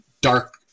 dark